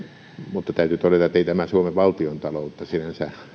mutta täytyy todeta että ei tämä suomen valtiontaloutta sinänsä